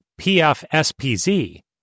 PFSPZ